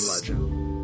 legend